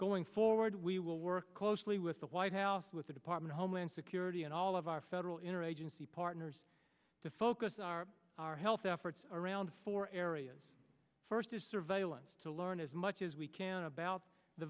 going forward we will work closely with the white house with the department homeland security and all of our federal interagency partners to focus our our health efforts around four areas first is surveillance to learn as much as we can about the